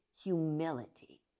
humility